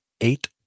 eight